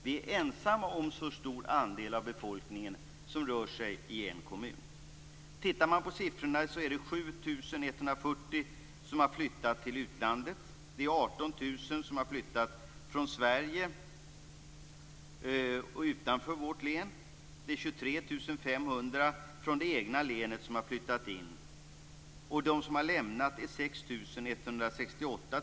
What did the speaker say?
Vi är ensamma om att en så stor andel av befolkningen rör sig i en kommun. 18 000 har flyttat ut från vårt län. 23 500 från det egna länet har flyttat in, och de som har flyttat ut till utlandet är 6 168.